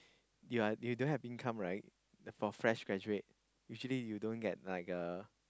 you are you don't have income right the for fresh graduate usually you don't get like a